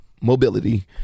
mobility